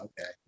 okay